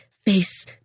face